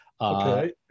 Okay